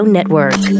Network